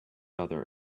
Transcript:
other